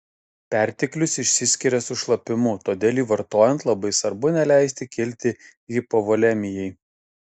perteklius išsiskiria su šlapimu todėl jį vartojant labai svarbu neleisti kilti hipovolemijai